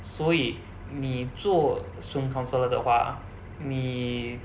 所以你做 student councillor 的话你